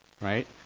right